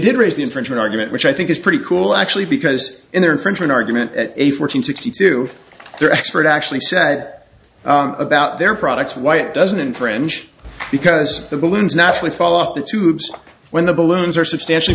did raise the infringement argument which i think is pretty cool actually because in their infringement argument as a four hundred sixty two their expert actually said about their products why it doesn't infringe because the balloons naturally fall off the tubes when the balloons are substantial